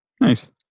Nice